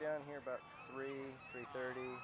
down here about three thirty